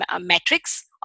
metrics